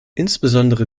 insbesondere